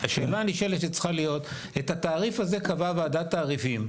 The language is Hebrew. השאלה הנשאלת שצריכה להיות את התעריף הזה קבעה ועדת תעריפים,